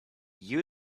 you